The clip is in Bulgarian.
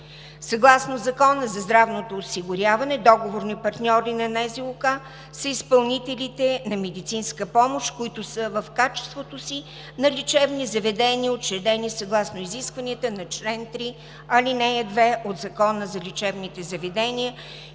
Съгласно Закона за здравното осигуряване договорни партньори на НЗОК са изпълнителите на медицинска помощ, които са в качеството си на лечебни заведения, учредени съгласно изискванията на чл. 3, ал. 2 от Закона за лечебните заведения